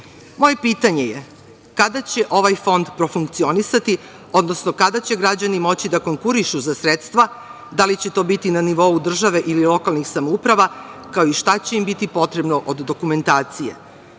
pitanje je - kada će ovaj fond profunkcionisati, odnosno kada će građani moći da konkurišu za sredstva, da li će to biti na nivou države ili lokalnih samouprava, kao i šta će im biti potrebno od dokumentacije?